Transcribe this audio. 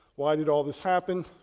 why did all this happen,